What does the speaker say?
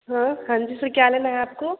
हाँ जी सर क्या लेना है आपको